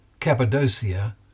Cappadocia